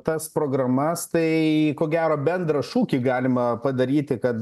tas programas tai ko gero bendrą šūkį galima padaryti kad